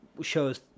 shows